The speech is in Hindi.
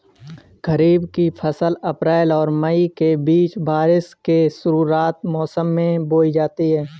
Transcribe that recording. खरीफ़ की फ़सल अप्रैल और मई के बीच, बारिश के शुरुआती मौसम में बोई जाती हैं